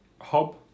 hub